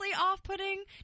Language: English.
off-putting